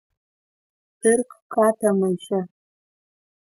pirk katę maiše